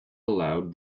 aloud